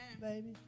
baby